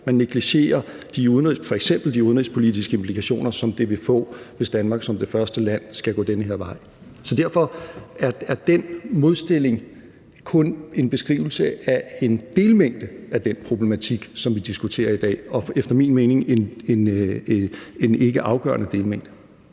man negligerer f.eks. de udenrigspolitiske implikationer, som det vil få, hvis Danmark som det første land skal gå den her vej. Så derfor er den modstilling kun en beskrivelse af en delmængde af den problematik, som vi diskuterer i dag, og efter min mening en ikke afgørende delmængde.